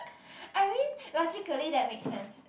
I mean logically that makes sense